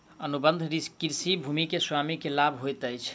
अनुबंध कृषि में भूमि के स्वामी के लाभ होइत अछि